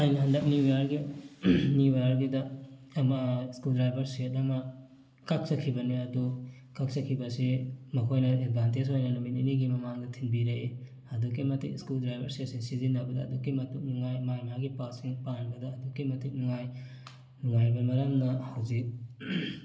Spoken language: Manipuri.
ꯑꯩꯅ ꯍꯟꯗꯛ ꯅ꯭ꯌꯨ ꯏꯌꯥꯔꯒꯤ ꯅ꯭ꯌꯨ ꯏꯌꯥꯔꯒꯤꯗ ꯑꯃ ꯏꯁꯀ꯭ꯔꯨ ꯗ꯭ꯔꯥꯏꯚꯔ ꯁꯦꯠ ꯑꯃ ꯀꯛꯆꯈꯤꯕꯅꯦ ꯑꯗꯨ ꯀꯛꯆꯈꯤꯕ ꯑꯁꯤ ꯃꯈꯣꯏꯅ ꯑꯦꯗꯚꯥꯟꯇꯦꯖ ꯑꯣꯏꯅ ꯅꯨꯃꯤꯠ ꯅꯤꯅꯤꯒꯤ ꯃꯃꯥꯡꯗ ꯊꯤꯟꯕꯤꯔꯛꯏ ꯑꯗꯨꯛꯀꯤ ꯃꯇꯤꯛ ꯏꯁꯀ꯭ꯔꯨ ꯗ꯭ꯔꯥꯏꯚꯔ ꯁꯦꯠ ꯑꯁꯤ ꯁꯤꯖꯤꯟꯅꯕꯗ ꯑꯗꯨꯛꯀꯤ ꯃꯇꯤꯛ ꯅꯨꯡꯉꯥꯏ ꯃꯥꯏ ꯃꯥꯏꯒꯤ ꯄꯥꯔꯠꯁꯤꯡ ꯄꯥꯟꯕꯗ ꯑꯗꯨꯛꯀꯤ ꯃꯇꯤꯛ ꯅꯨꯡꯉꯥꯏ ꯅꯨꯡꯉꯥꯏꯕ ꯃꯔꯝꯅ ꯍꯧꯖꯤꯛ